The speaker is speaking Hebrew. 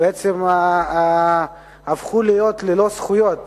בעצם הפכו להיות ללא זכויות